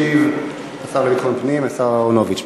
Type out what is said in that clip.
ישיב השר לביטחון פנים, השר אהרונוביץ.